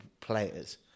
players